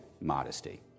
modesty